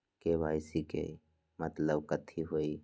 KYC के मतलब कथी होई?